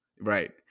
Right